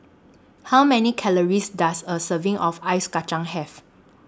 How Many Calories Does A Serving of Ice Kachang Have